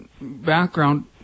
background